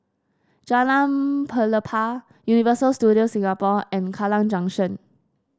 Jalan Pelepah Universal Studios Singapore and Kallang Junction